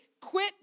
quit